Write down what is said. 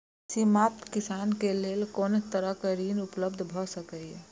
सीमांत किसान के लेल कोन तरहक ऋण उपलब्ध भ सकेया?